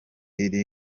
iri